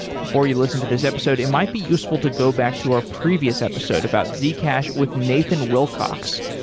before you listen to this episode, it might be useful to go back to our previous episode about zcash with nathan wilcox,